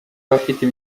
abafite